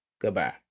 Goodbye